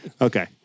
Okay